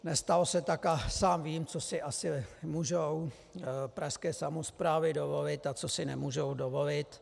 Nestalo se tak a sám vím, co si asi můžou pražské samosprávy dovolit a co si nemůžou dovolit.